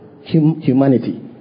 Humanity